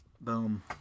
Boom